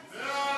איתן ברושי,